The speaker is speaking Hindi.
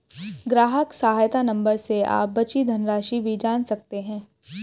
ग्राहक सहायता नंबर से आप बची धनराशि भी जान सकते हैं